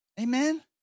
Amen